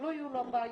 שלא יהיו בעיות.